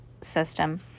system